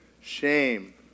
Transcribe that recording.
Shame